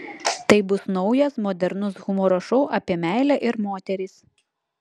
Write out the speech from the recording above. tai bus naujas modernus humoro šou apie meilę ir moteris